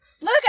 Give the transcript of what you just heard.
look